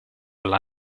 alla